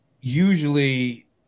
usually